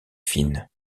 fine